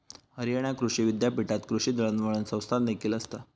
हरियाणा कृषी विद्यापीठात कृषी दळणवळण संस्थादेखील आसत